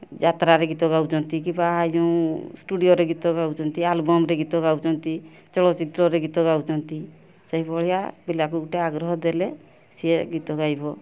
ଯାତ୍ରାରେ ଗୀତ ଗାଉଛନ୍ତି କିମ୍ବା ହାଇ କିମ୍ବା ଷ୍ଟୁଡ଼ିଓରେ ଗୀତ ଗାଉଛନ୍ତି ଆଲବମ୍ରେ ଗୀତ ଗାଉଛନ୍ତି ଚଳଚ୍ଚିତ୍ରରେ ଗୀତ ଗାଉଛନ୍ତି ସେହିଭଳିଆ ପିଲାକୁ ଗୋଟିଏ ଆଗ୍ରହ ଦେଲେ ସିଏ ଗୀତ ଗାଇବ